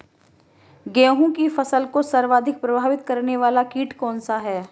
गेहूँ की फसल को सर्वाधिक प्रभावित करने वाला कीट कौनसा है?